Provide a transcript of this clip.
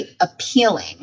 appealing